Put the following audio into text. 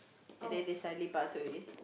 and then they suddenly pass away